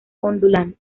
ondulante